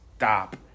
stop